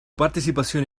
participación